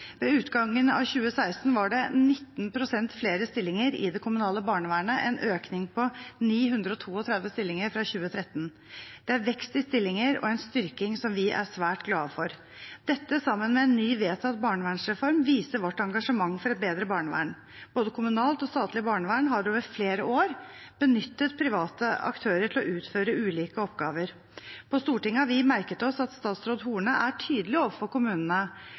Ved utgangen av 2016 var det 19 pst. flere stillinger i det kommunale barnevernet, en økning på 932 stillinger fra 2013. Det er en vekst i stillinger og en styrking som vi er svært glade for. Dette, sammen med en ny vedtatt barnevernsreform, viser vårt engasjement for et bedre barnevern. Både kommunalt og statlig barnevern har i flere år benyttet private aktører til å utføre ulike oppgaver. På Stortinget har vi merket oss at statsråd Horne er tydelig overfor kommunene